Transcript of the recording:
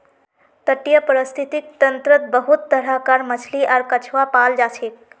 तटीय परिस्थितिक तंत्रत बहुत तरह कार मछली आर कछुआ पाल जाछेक